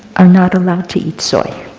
are not allowed to eat soy.